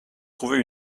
trouvez